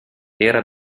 era